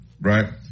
Right